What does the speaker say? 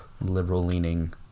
liberal-leaning